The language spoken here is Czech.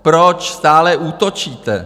Proč stále útočíte?